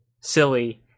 silly